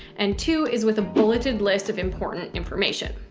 and two is with a bulleted list of important information.